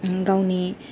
गावनि